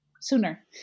sooner